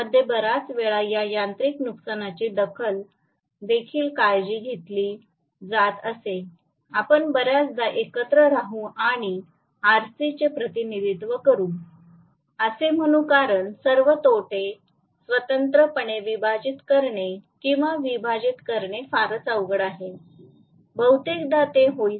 मध्ये बऱ्याच वेळा या यांत्रिक नुकसानीची देखील काळजी घेतली जात असे आपण बऱ्याचदा एकत्र राहू आणि आरसीचे प्रतिनिधित्व करू असे म्हणू कारण सर्व तोटे स्वतंत्रपणे विभाजित करणे किंवा विभाजित करणे फारच अवघड आहे बहुतेकदा ते होईल